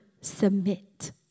submit